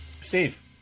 Steve